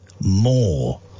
more